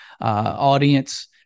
audience